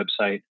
website